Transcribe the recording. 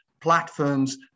platforms